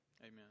Amen